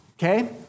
Okay